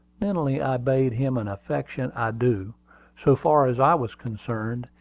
mentally i bade him an affectionate adieu. so far as i was concerned,